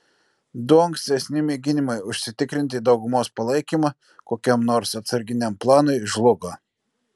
du ankstesni mėginimai užsitikrinti daugumos palaikymą kokiam nors atsarginiam planui žlugo